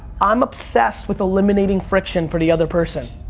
i'm obsessed with eliminating friction for the other person,